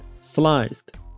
sliced